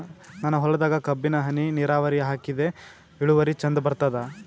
ನನ್ನ ಹೊಲದಾಗ ಕಬ್ಬಿಗಿ ಹನಿ ನಿರಾವರಿಹಾಕಿದೆ ಇಳುವರಿ ಚಂದ ಬರತ್ತಾದ?